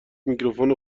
میکروفون